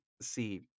see